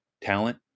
talent